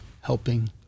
helping